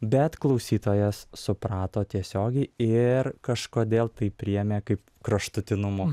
bet klausytojas suprato tiesiogiai ir kažkodėl tai priėmė kaip kraštutinumo